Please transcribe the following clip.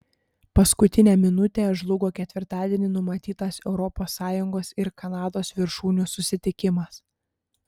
paskutinę minutę žlugo ketvirtadienį numatytas europos sąjungos ir kanados viršūnių susitikimas